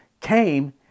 came